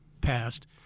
passed